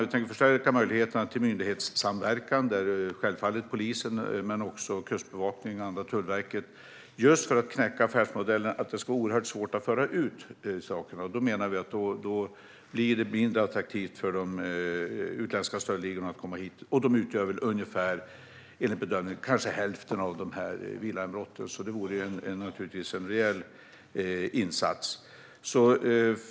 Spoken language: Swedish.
Vi tänker förstärka möjligheterna till myndighetssamverkan, där självfallet polisen men också Kustbevakningen och Tullverket ingår, just för att knäcka affärsmodellen: Det ska vara oerhört svårt att föra ut sakerna. Vi menar att det då blir mindre attraktivt för de utländska stöldligorna att komma hit. De står enligt bedömningar för ungefär hälften av villainbrotten, så det vore naturligtvis en rejäl insats.